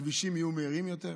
הכבישים יהיו מהירים יותר,